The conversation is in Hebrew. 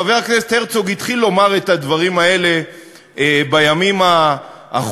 חבר הכנסת הרצוג התחיל לומר את הדברים האלה בימים האחרונים.